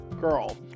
girl